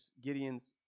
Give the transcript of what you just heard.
Gideon's